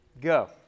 Go